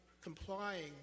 complying